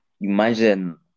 imagine